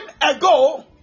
ago